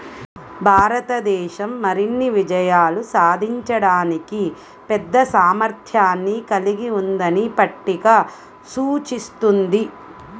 భారతదేశం మరిన్ని విజయాలు సాధించడానికి పెద్ద సామర్థ్యాన్ని కలిగి ఉందని పట్టిక సూచిస్తుంది